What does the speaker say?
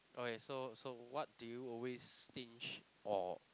okay so so what do you always stinge or